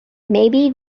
maybe